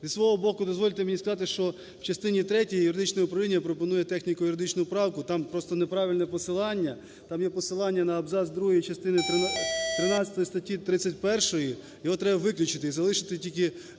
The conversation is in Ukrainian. Зі свого боку, дозвольте мені сказати, що в частині третій юридичне управління пропонує техніко-юридичну правку. Там просто неправильне посилання, там є посилання на абзац другий частини тринадцятої статті 31-ї, його треба виключити. І залишити тільки